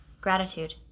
Gratitude